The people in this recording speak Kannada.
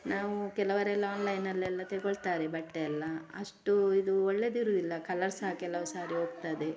ನಾವು ಕೆಲವರೆಲ್ಲ ಆನ್ಲೈನಲೆಲ್ಲ ತಗೊಳ್ತಾರೆ ಬಟ್ಟೆಯೆಲ್ಲ ಅಷ್ಟು ಇದು ಒಳ್ಳೆದಿರೋದಿಲ್ಲ ಕಲರ್ ಸಹ ಕೆಲವು ಸಾರಿ ಹೋಗ್ತದೆ